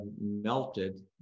melted